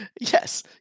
Yes